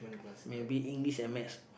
maybe English and Math